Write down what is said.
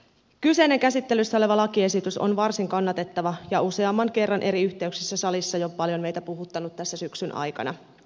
kyseinen käsittelyssä oleva lakiesitys on varsin kannatettava ja useamman kerran eri yhteyksissä salissa jo paljon meitä puhuttanut tässä syksyn aikana